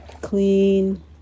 clean